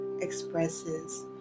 expresses